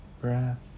breath